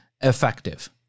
effective